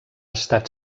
estat